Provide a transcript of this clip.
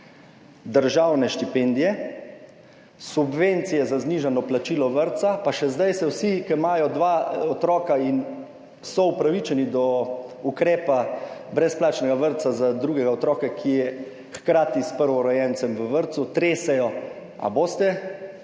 državne štipendije, subvencije za znižano plačilo vrtca, pa še zdaj se vsi, ki imajo dva otroka in so upravičeni do ukrepa brezplačnega vrtca za drugega otroka, ki je hkrati s prvorojencem v vrtcu, tresejo, ali boste